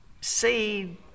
seed